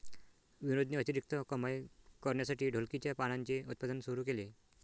विनोदने अतिरिक्त कमाई करण्यासाठी ढोलकीच्या पानांचे उत्पादन सुरू केले